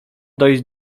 dojść